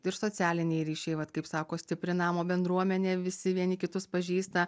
tai ir socialiniai ryšiai vat kaip sako stipri namo bendruomenė visi vieni kitus pažįsta